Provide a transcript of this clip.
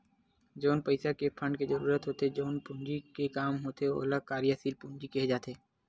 जउन पइसा के फंड के जरुरत होथे जउन पूंजी के काम होथे ओला कार्यसील पूंजी केहे जाथे